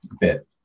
bit